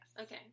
Okay